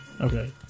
Okay